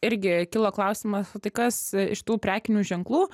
irgi kilo klausimas o tai kas iš tų prekinių ženklų